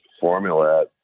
formula